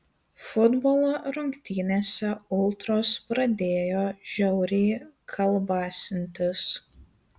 futbolo rungtynėse ultros pradėjo žiauriai kalbasintis